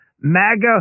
MAGA